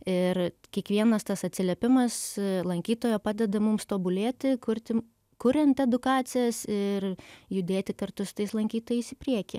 ir kiekvienas tas atsiliepimas lankytojo padeda mums tobulėti kurti kuriant edukacijas ir judėti kartu su tais lankytojais į priekį